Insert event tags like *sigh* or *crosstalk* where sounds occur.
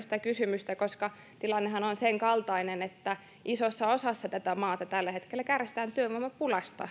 *unintelligible* sitä kysymystä koska tilannehan on sen kaltainen että isossa osassa tätä maata tällä hetkellä kärsitään työvoimapulasta